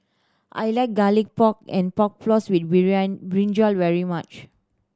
I like Garlic Pork and Pork Floss with brinjal very much